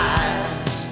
eyes